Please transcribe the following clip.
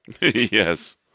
Yes